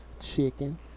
chicken